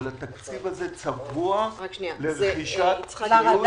אבל התקציב הזה צבוע לרכישת ציוד